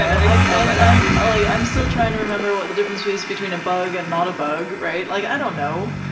but i'm ah like i'm still trying to remember what the difference is between a bug and not a bug. right? like, i don't know!